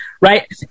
Right